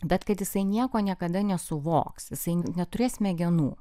bet kad jisai nieko niekada nesuvoks jisai neturės smegenų